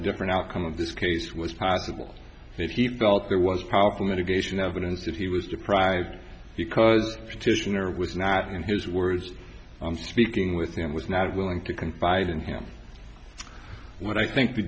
different outcome of this case was possible that he felt there was powerful medication evidence that he was surprised because petitioner was not in his words i'm speaking with him was not willing to confide in him what i think the